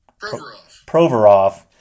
Proverov